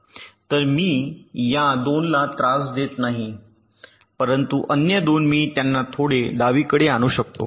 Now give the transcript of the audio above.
तर मी या 2 ला त्रास देत नाही परंतु अन्य 2 मी त्यांना थोडे डावीकडे आणू शकतो